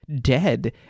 dead